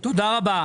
תודה רבה.